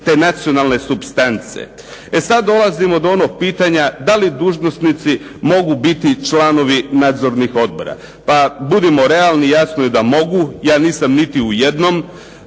te nacionalne supstance. E sada, dolazimo do onog pitanja da li dužnosnici mogu biti članovi nadzornih odbora, pa budimo realni, jasno je da mogu, ja nisam niti u jednom,